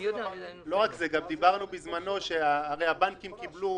לא רק זה אלא גם דיברנו בזמנו, הרי הבנקים קיבלו